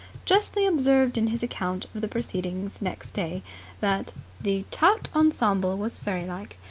justly observed in his account of the proceedings next day that the tout ensemble was fairylike,